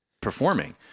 performing